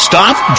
Stop